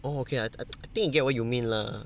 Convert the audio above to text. oh okay I I think I get what you mean lah